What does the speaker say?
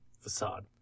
Facade